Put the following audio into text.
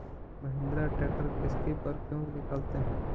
Mahindra tractor किसति पर क्यों निकालते हैं?